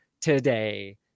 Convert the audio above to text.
today